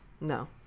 No